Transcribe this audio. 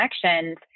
connections